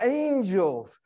angels